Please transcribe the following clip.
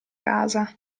casa